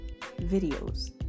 videos